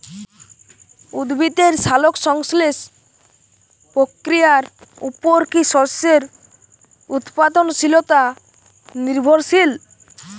উদ্ভিদের সালোক সংশ্লেষ প্রক্রিয়ার উপর কী শস্যের উৎপাদনশীলতা নির্ভরশীল?